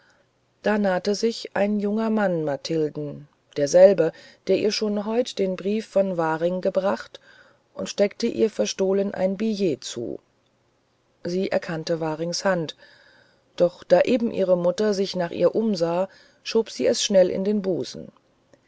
da nahte sich ein junger mann mathilden derselbe der ihr schon heut den brief von waring gebracht und steckte ihr verstohlen ein billett zu sie erkannte warings hand doch da eben ihre mutter sich nach ihr umsah schob sie es schnell in den busen